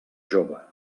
jove